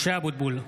משה אבוטבול,